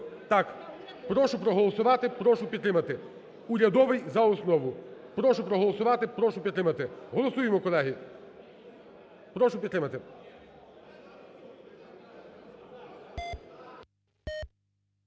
Так, прошу проголосувати, прошу підтримати урядовий за основу. Прошу проголосувати, прошу підтримати. Голосуємо, колеги. Прошу підтримати.